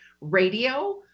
radio